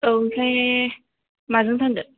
औ ओमफ्राय माजों थांगोन